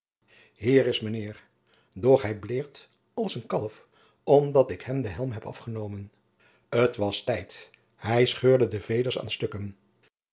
hier is hij mijnheer doch hij blaert als een kalf omdat ik hem den helm heb afgenomen t was tijd hij scheurde de veders aan stukken